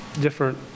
different